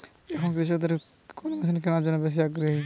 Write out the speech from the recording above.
এখন কৃষকদের কোন মেশিন কেনার জন্য বেশি আগ্রহী?